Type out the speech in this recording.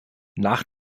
nach